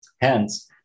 Hence